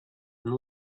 and